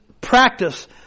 practice